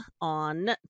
on